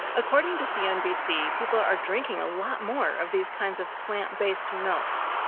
according to cnbc, people are are drinking a lot more of these kinds of plant-based milks,